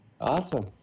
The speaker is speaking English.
Awesome